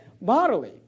bodily